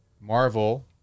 marvel